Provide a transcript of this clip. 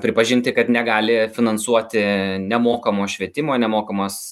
pripažinti kad negali finansuoti nemokamo švietimo nemokamos